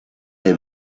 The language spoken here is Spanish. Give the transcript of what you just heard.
the